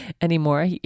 anymore